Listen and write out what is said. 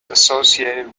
associated